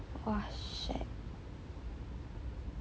!wah! shag